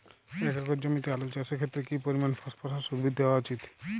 এক একর জমিতে আলু চাষের ক্ষেত্রে কি পরিমাণ ফসফরাস উদ্ভিদ দেওয়া উচিৎ?